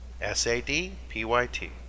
S-A-D-P-Y-T